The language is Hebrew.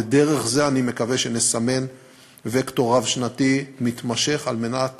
ודרך זה אני מקווה שנסמן וקטור רב-שנתי מתמשך על מנת